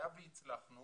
היה והצלחנו